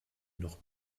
noch